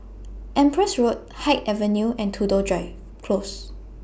Empress Road Haig Avenue and Tudor Drive Close